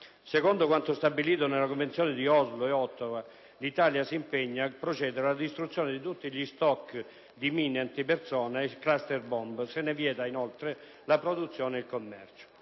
Secondo quanto stabilito nelle Convenzioni di Oslo e Ottawa, l'Italia si impegna a procedere alla distruzione di tutti gli *stock* di mine antipersona e *cluster bomb* e ne vieta inoltre la produzione e il commercio.